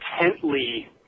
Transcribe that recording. intently